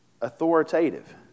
authoritative